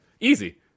Easy